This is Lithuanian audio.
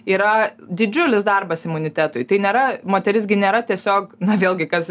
yra didžiulis darbas imunitetui tai nėra moteris gi nėra tiesiog na vėlgi kas